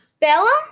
bella